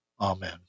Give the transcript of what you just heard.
Amen